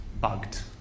bugged